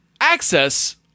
access